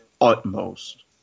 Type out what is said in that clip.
utmost